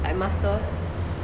like mustard and like